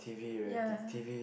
ya